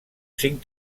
cinc